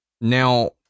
Now